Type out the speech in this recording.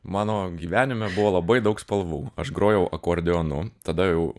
mano gyvenime buvo labai daug spalvų aš grojau akordeonu tada jau